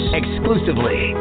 exclusively